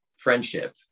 friendship